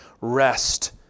rest